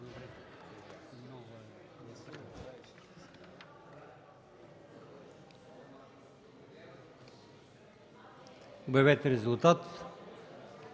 Обявете резултат.